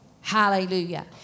Hallelujah